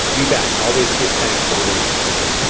you bet, always give thanks for living in australia.